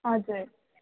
हजुर